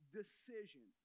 decision